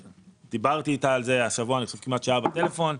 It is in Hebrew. דיברתי איתה על זה השבוע כמה שעות בטלפון.